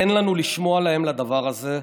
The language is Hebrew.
אין לנו לשמוע להם לדבר הזה,